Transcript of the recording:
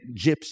Gypsies